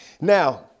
Now